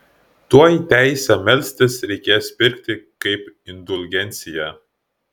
tuoj teisę melstis reikės pirkti kaip indulgenciją